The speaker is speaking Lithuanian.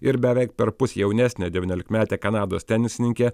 ir beveik perpus jaunesnė devyniolikmetė kanados tenisininkė